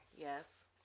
Yes